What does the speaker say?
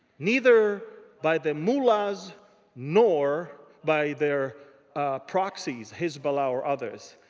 neither by the mullahs nor by their proxies, hezbollah, or others.